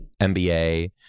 MBA